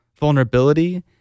vulnerability